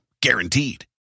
Guaranteed